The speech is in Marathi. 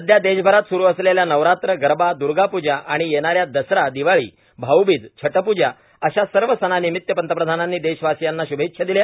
सध्या देशभरात सुरू झालेल्या नवरात्र गरबा दूर्गा पूजा आणि येणाऱ्या दसरा दिवाळी भाऊबीज छठपूजा अशा सर्व सणांनिमित्त पंतप्रधानांनी देशवासीयांना शुभेच्छा दिल्या